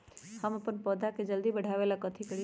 हम अपन पौधा के जल्दी बाढ़आवेला कथि करिए?